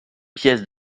pièces